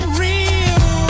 real